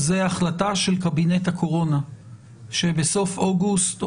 זו החלטה של קבינט הקורונה שבסוף אוגוסט או